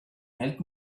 help